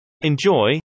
Enjoy